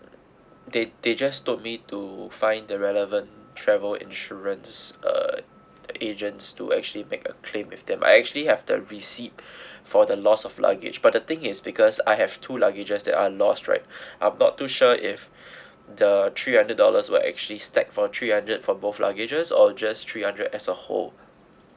they they just told me to find the relevant travel insurance uh agents to actually make a claim with them I actually have the receipt for the loss of luggage but the thing is because I have two luggages that are lost right I'm not too sure if the three hundred dollars will actually stack for three hundred for both luggages or just three hundred as a whole